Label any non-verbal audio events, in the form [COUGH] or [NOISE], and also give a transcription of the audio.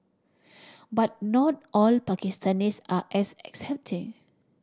[NOISE] but not all Pakistanis are as accepting